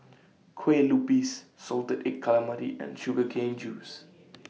Kueh Lupis Salted Egg Calamari and Sugar Cane Juice